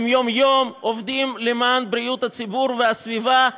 הם יום-יום עובדים למען בריאות הציבור והסביבה,